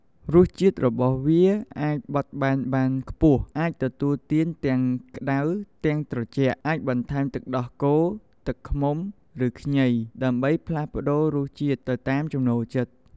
រសជាតិរបស់វាអាចបត់បែនបានខ្ពស់ អាចទទួលទានទាំងក្តៅ ទាំងត្រជាក់ អាចបន្ថែមទឹកដោះគោ ទឹកឃ្មុំ ឬខ្ញី ដើម្បីផ្លាស់ប្តូររសជាតិទៅតាមចំណូលចិត្ត។